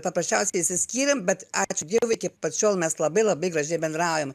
paprasčiausiai išsiskyrėm bet ačiū dievui iki pat šiol mes labai labai gražiai bendraujam